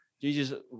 Jesus